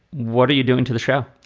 what are you doing to the show?